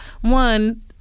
one